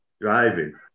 driving